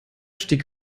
stieg